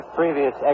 previous